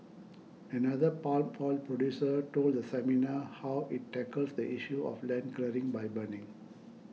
another palm oil producer told the seminar how it tackles the issue of land clearing by burning